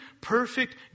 perfect